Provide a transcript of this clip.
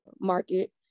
market